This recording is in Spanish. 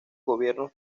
gobiernos